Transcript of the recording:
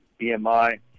BMI